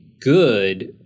good